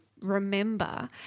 remember